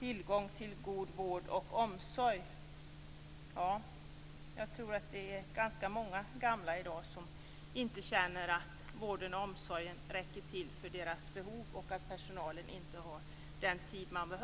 Jag tror att det i dag är ganska många gamla som i dag känner att vården och omsorgen inte räcker till för deras behov och att personalen inte har den tid som den behöver.